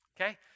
okay